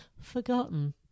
Forgotten